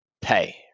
Pay